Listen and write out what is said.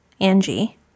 Angie